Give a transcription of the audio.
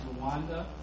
Rwanda